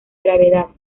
gravedad